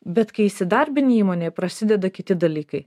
bet kai įsidarbini įmonėje prasideda kiti dalykai